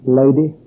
lady